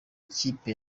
kipe